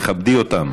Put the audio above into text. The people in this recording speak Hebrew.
תכבדי אותם.